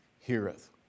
heareth